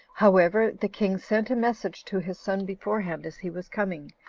however, the king sent a message to his son beforehand, as he was coming,